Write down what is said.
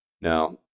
Now